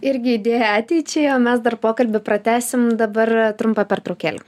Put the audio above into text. irgi idėja ateičiai o mes dar pokalbį pratęsim dabar trumpa pertraukėlė